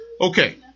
Okay